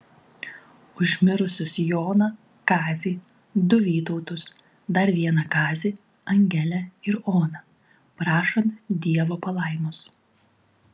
už mirusius joną kazį du vytautus dar vieną kazį angelę ir oną prašant dievo palaimos